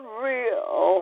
real